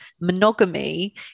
monogamy